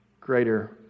greater